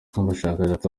abashakashatsi